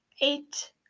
eight